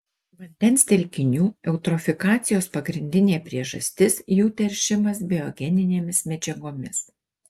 vandens telkinių eutrofikacijos pagrindinė priežastis jų teršimas biogeninėmis medžiagomis